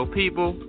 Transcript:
people